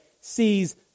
sees